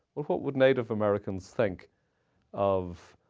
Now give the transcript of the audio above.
well, what would native americans think of